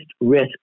risk